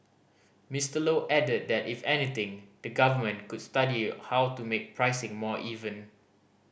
Mister Low added that if anything the Government could study how to make pricing more even